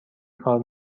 کار